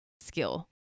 skill